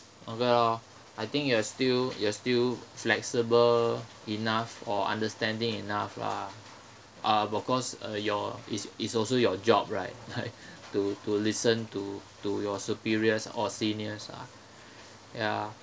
okay lor I think you're still you're still flexible enough or understanding enough lah uh because uh your it's it's also your job right right to to listen to to your superiors or seniors ah ya